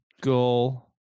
goal